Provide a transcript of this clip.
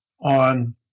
on